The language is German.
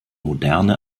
moderne